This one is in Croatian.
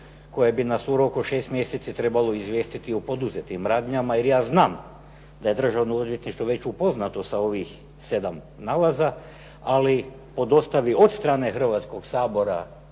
koje bi nas u roku 6 mjeseci trebalo izvijestiti o poduzetim radnjama, jer ja znam da je državno odvjetništvo već upoznato sa ovih sedam nalaza, ali po dostavi od strane Hrvatskog sabora